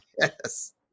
Yes